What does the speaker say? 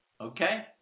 okay